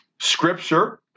scripture